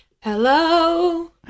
Hello